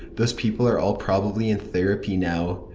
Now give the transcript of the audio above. those people are all probably in therapy now.